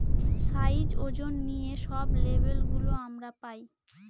size, ওজন নিয়ে সব লেবেল গুলো আমরা পায়